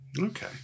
Okay